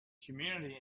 community